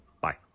Bye